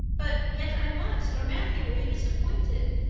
but yet i must, or matthew will be disappointed.